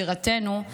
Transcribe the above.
בירתנו,